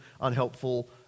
unhelpful